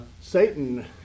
Satan